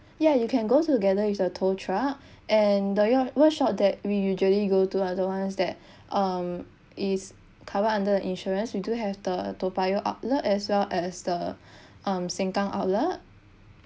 ya you can go together with the toll truck and loyal workshop that we usually go to are the ones that um it's covered under the insurance we do have the toa payoh outlet as well as the um sengkang outlet